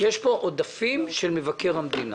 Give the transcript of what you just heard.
יש פה עודפים של מבקר המדינה